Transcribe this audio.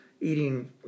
eating